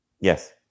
Yes